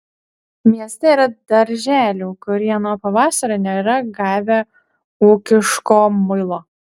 mieste yra darželių kurie nuo pavasario nėra gavę ūkiško muilo